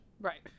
Right